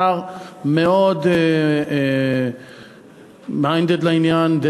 השר מאוד minded לעניין,